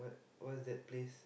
what's that place